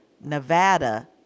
Nevada